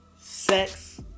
sex